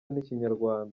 n’ikinyarwanda